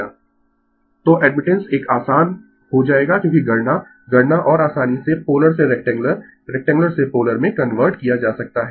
Refer Slide Time 2842 तो admittance एक आसान हो जाएगा क्योंकि गणना गणना और आसानी से पोलर से रेक्टेंगुलर रेक्टेंगुलर से पोलर में कन्वर्ट किया जा सकता है